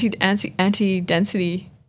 anti-density